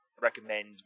recommend